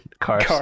Cars